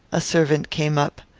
a servant came up.